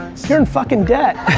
you're in fucking debt.